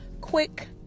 quick